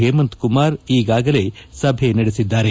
ಹೇಮಂತ್ ಕುಮಾರ್ ಈಗಾಗಲೇ ಸಭೆ ನಡೆಸಿದ್ದಾರೆ